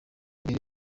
mbere